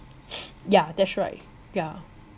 yeah that's right yeah